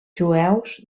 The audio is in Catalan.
jueus